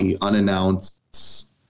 unannounced